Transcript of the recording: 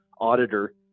auditor